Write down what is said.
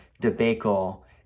debacle